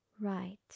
right